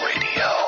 radio